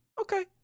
Okay